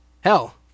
Hell